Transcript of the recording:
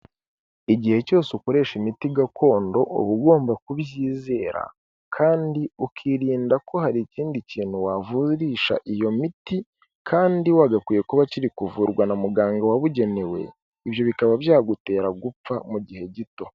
Igihe cyose ukoresha imiti gakondo uba ugomba kubyizera kandi ukirinda ko hari ikindi kintu wavurisha iyo miti kandi wagakwiye kuba kiri kuvurwa na muganga wabugenewe, ibyo bikaba byagutera gupfa mu gihe gito.